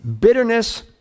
bitterness